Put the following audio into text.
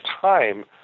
time